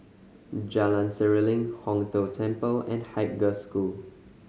Jalan Seruling Hong Tho Temple and Haig Girls' School